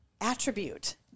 attribute